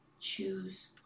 choose